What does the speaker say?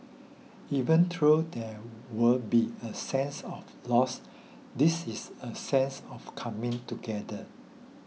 even though there will be a sense of loss this is a sense of coming together